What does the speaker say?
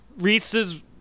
Reese's